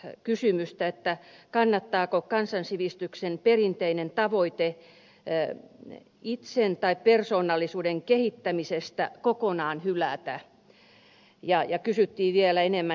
on kysymys pohdimme kannattaako kansansivistyksen perinteinen tavoite itsen tai persoonallisuuden kehittämisestä kokonaan hylätä ja kysyttiin vielä enemmän